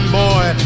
boy